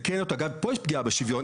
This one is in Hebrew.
פה יש פגיעה בשוויון.